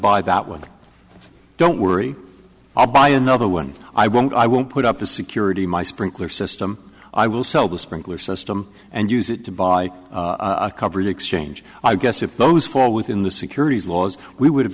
buy that one don't worry i'll buy another one i won't i won't put up a security my sprinkler system i will sell the sprinkler system and use it to buy a covered exchange i guess if those fall within the securities laws we would have